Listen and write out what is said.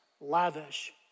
lavish